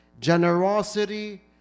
generosity